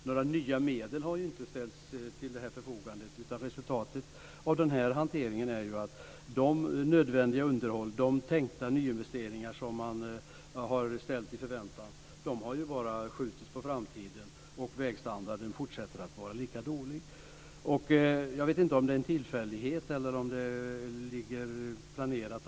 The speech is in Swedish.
Några nya medel har inte ställts till förfogande, utan resultatet av den här hanteringen är att de nödvändiga underhåll och tänkta nyinvesteringar som man har ställt i förväntan bara har skjutits på framtiden. Vägstandarden fortsätter att vara lika dålig. På Vägverket är det en viss turbulens i dag. Jag vet inte om det är en tillfällighet eller om det är planerat.